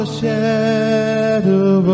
shadow